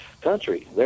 country